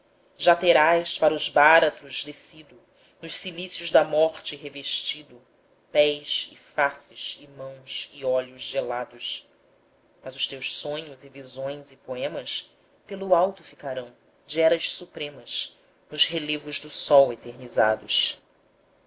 já terás para os báratros descido nos cilícios da morte revestido pés e faces e mãos e olhos gelados mas os teus sonhos e visões e poemas pelo alto ficarão de eras supremas nos relevos do sol eternizados